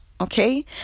Okay